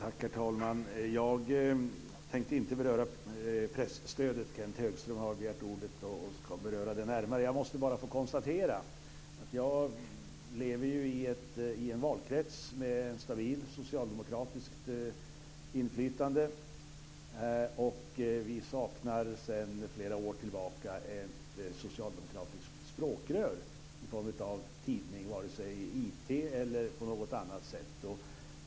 Herr talman! Jag tänkte inte beröra presstödet. Kenth Högström har begärt ordet och ska beröra det närmare. Jag måste bara få konstatera att jag lever i en valkrets med ett stabilt socialdemokratiskt inflytande. Vi saknar sedan flera år tillbaka ett socialdekomokratiskt språkrör i form av en tidning. Det gäller både IT och andra former.